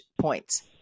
points